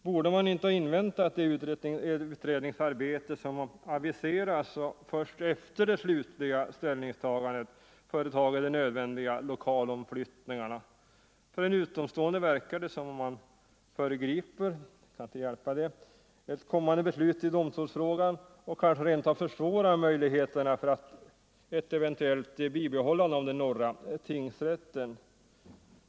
Borde man inte ha inväntat det utredningsarbete som aviserats och först efter det slutliga ställningstagandet företagit de nödvändiga omflyttningarna? Det kan inte hjälpas att det för en utomstående verkar som om man föregriper ett kommande beslut i domstolsfrågan och kanske rent av försvårar möjligheterna för ett eventuellt bibehållande av den norra tingsrätten.